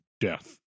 death